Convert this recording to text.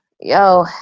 yo